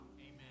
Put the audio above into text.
Amen